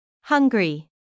Hungry